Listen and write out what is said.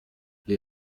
les